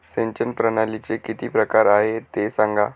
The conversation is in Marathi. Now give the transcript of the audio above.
सिंचन प्रणालीचे किती प्रकार आहे ते सांगा